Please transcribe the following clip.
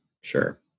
Sure